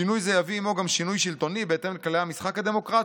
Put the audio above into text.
שינוי זה יביא עימו גם שינוי שלטוני בהתאם לכללי המשחק הדמוקרטיים.